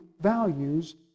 values